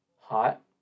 Hot